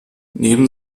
neben